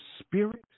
spirit